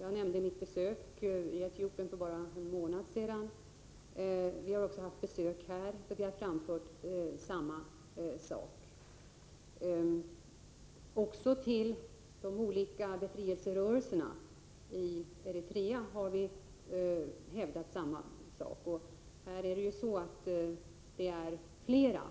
Jag nämnde förut mitt besök i Etiopien för bara en månad sedan. Vi har också haft besök här från Etiopien, och vi har då framfört samma uppfattning. Vi har sagt samma sak till de olika befrielserörelserna i Eritrea. Det finns alltså fler befrielserörelser i Eritrea.